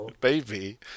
baby